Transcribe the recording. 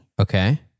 Okay